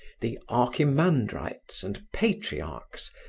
the archimandrites and patriarchs,